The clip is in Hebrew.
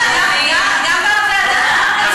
גם בוועדה, אז